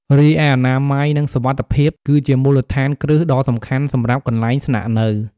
រីឯអនាម័យ និងសុវត្ថិភាព គឺជាមូលដ្ឋានគ្រឹះដ៏សំខាន់សម្រាប់កន្លែងស្នាក់នៅ។